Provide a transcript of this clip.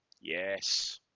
Yes